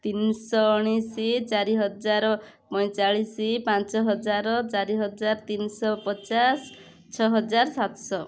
ତିନି ଶହ ଉଣେଇଶି ଚାରି ହଜାର ପଇଁଚାଳିଶି ପାଞ୍ଚ ହଜାର ଚାରି ହଜାର ତିନି ଶହ ପଚାଶ ଛଅ ହଜାର ସାତ ଶହ